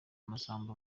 masamba